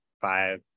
five